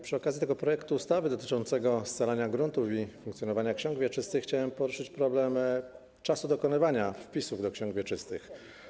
Przy okazji tego projektu ustawy dotyczącego scalania gruntów i funkcjonowania ksiąg wieczystych chciałem poruszyć problem czasu dokonywania wpisów do ksiąg wieczystych.